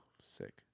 Sick